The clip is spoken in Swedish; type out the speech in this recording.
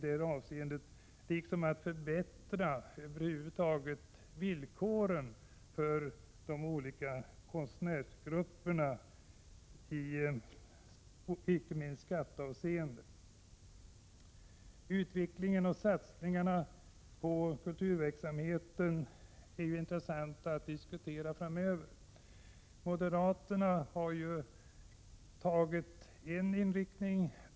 Detsamma gäller förslagen om förbättring över huvud taget av villkoren för de olika konstnärsgrupperna, inte minst i skattehänseende. Utvecklingen av och satsningarna på kulturverksamheten är intressanta frågor att diskutera framöver. Moderaterna har sin inriktning.